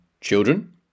children